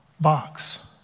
box